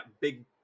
big